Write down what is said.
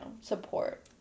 support